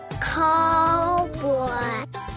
cowboy